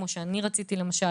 כמו שאני רציתי למשל,